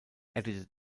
edited